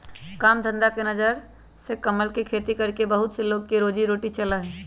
काम धंधा के नजर से कमल के खेती करके बहुत से लोग के रोजी रोटी चला हई